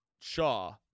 Shaw